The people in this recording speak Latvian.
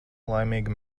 laimīga